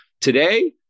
Today